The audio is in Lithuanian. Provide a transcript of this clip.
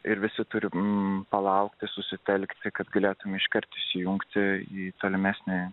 ir visi turime palaukti susitelkti kad galėtumei iškart įsijungti į tolimesnį